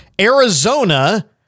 Arizona